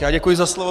Já děkuji za slovo.